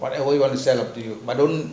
whatever you want to setl up to you but don't